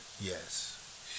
Yes